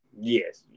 Yes